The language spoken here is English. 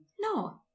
No